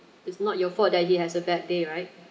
it's not your fault that he has a bad day right